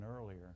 earlier